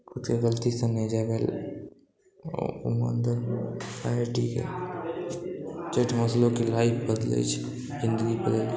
खुदके गलती से नहि जाए भेल उमहर तऽ आइ आइ टी के जाहिठामसँ लोकके लाइफ बदलै छै जिन्दगी बदलै छै